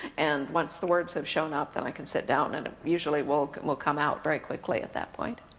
and once the words have shown up then i can sit down and it usually will will come out very quickly at that point.